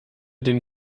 den